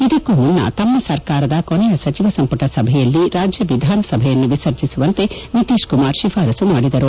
ಇದಕ್ಕೂ ಮುನ್ನ ತಮ್ಮ ಸರ್ಕಾರದ ಕೊನೆಯ ಸಚಿವ ಸಂಪುಟ ಸಭೆಯಲ್ಲಿ ರಾಜ್ಯ ವಿಧಾನಸಭೆಯನ್ನು ವಿಸರ್ಜಿಸುವಂತೆ ನಿತೀಶ್ಕುಮಾರ್ ಶಿಫಾರಸ್ಸು ಮಾಡಿದರು